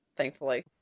Thankfully